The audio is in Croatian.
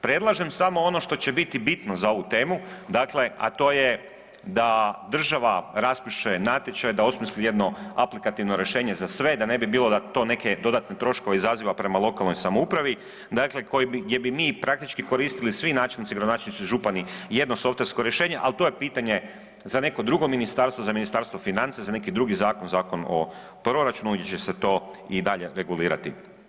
Predlažem samo ono što će biti bitno za ovu temu, a to je da država raspiše natječaj da osmisli jedno aplikativno rješenje za sve da ne bi bilo da to neke dodatne troškove izaziva prema lokalnoj samoupravi gdje bi mi praktički koristili svi gradonačelnici, načelnici, župni jedno softversko rješenje, ali to je pitanje za neko drugo ministarstvo za Ministarstvo financije za neki drugi zakon, Zakon proračunu gdje će se to i dalje regulirati.